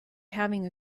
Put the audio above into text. having